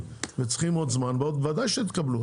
ואתם צריכים עוד זמן בוודאי שתקבלו,